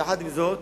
יחד עם זאת,